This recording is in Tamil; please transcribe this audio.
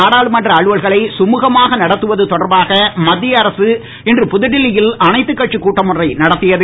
நாடாளுமன்ற அலுவல்களை சுமுகமாக நடத்துவது தொடர்பாக மத்திய அரசு இன்று புதுடெல்லியில் அனைத்துக் கட்சிக் கூட்டம் ஒன்றை நடத்தியது